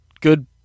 good